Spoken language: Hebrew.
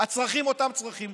הצרכים הם אותם צרכים,